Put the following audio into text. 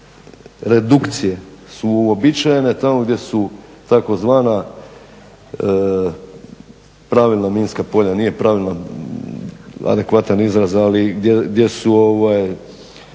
redukcije su uobičajene tamo gdje su tzv. pravilna minska polja. Nije pravilna adekvatan izraz, ali gdje su